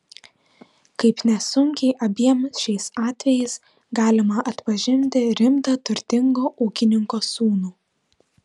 kaip nesunkiai abiem šiais atvejais galima atpažinti rimtą turtingo ūkininko sūnų